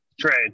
trade